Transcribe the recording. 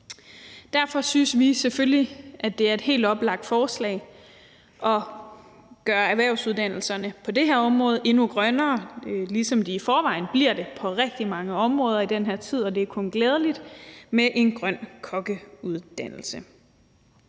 Derfor synes vi, at det er et helt oplagt forslag at gøre erhvervsuddannelserne på det her område endnu grønnere, ligesom de i forvejen bliver det på rigtig mange områder i den her tid, og det er kun glædeligt, med en grøn kokkeuddannelse.